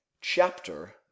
Chapter